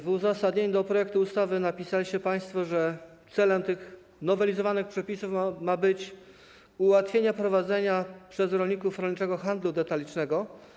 W uzasadnieniu do projektu ustawy napisaliście państwo, że celem tych nowelizowanych przepisów ma być ułatwienie prowadzenia przez rolników rolniczego handlu detalicznego.